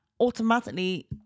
automatically